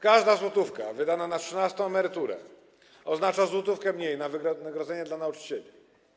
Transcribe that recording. Każda złotówka wydana na trzynastą emeryturę oznacza złotówkę mniej na wynagrodzenia dla nauczycieli.